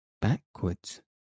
Backwards